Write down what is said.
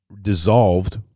dissolved